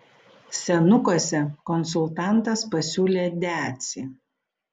senukuose konsultantas pasiūlė decį